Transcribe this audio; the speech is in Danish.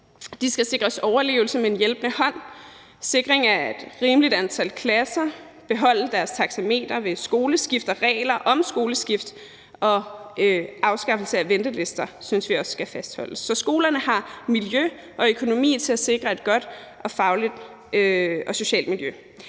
De skal sikres overlevelse med en hjælpende hånd; de skal sikres et rimeligt antal klasser; beholde deres taxameter ved skoleskift og regler om skoleskift; og afskaffelse af ventelister synes vi også skal fastholdes, så skolerne har miljø og økonomi til at sikre et godt fagligt og socialt miljø.